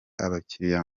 abakiliya